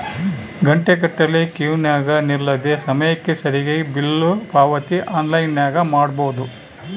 ಘಂಟೆಗಟ್ಟಲೆ ಕ್ಯೂನಗ ನಿಲ್ಲದೆ ಸಮಯಕ್ಕೆ ಸರಿಗಿ ಬಿಲ್ ಪಾವತಿ ಆನ್ಲೈನ್ನಾಗ ಮಾಡಬೊದು